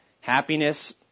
Happiness